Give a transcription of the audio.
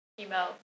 email